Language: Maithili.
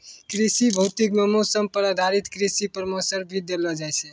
कृषि भौतिकी मॅ मौसम पर आधारित कृषि परामर्श भी देलो जाय छै